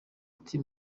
ati